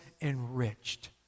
enriched